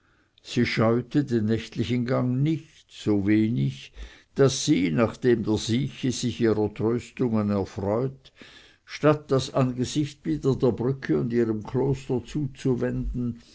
sie scheute den nächtlichen gang nicht so wenig daß sie nachdem der sieche sich ihrer tröstungen erfreut statt das angesicht wieder der brücke und ihrem kloster zuzuwenden